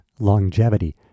longevity